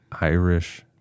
Irish